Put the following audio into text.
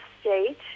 state